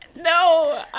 No